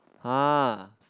!huh!